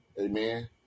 Amen